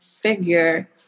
figure